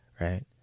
right